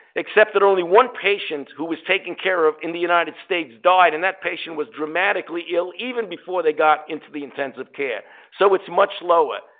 except that only one patient who was taken care of in the united states died, and that patient was dramatically ill, even before they got into the intensive care. so it's much lower.